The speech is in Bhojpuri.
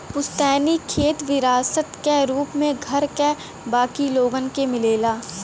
पुस्तैनी खेत विरासत क रूप में घर क बाकी लोगन के मिलेला